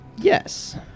Yes